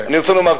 אני רוצה לומר ככה: